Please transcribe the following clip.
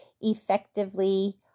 effectively